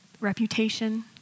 reputation